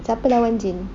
siapa lawan jin